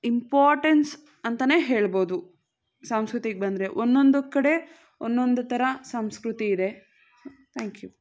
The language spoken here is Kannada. ಇಂಪಾಟೆನ್ಸ್ ಅಂತಲೇ ಹೇಳಬಹುದು ಸಂಸ್ಕೃತಿಗೆ ಬಂದರೆ ಒಂದೊಂದು ಕಡೆ ಒಂದೊಂದು ಥರ ಸಂಸ್ಕೃತಿ ಇದೆ ತ್ಯಾಂಕ್ ಯು